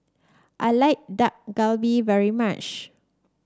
I like Dak Galbi very much